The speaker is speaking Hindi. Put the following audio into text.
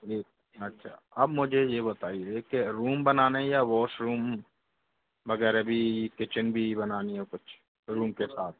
जी अच्छा अब मुझे ये बताइए कि रूम बनाने या वॉशरूम वगैरा भी किचन भी बनानी है कुछ रूम के साथ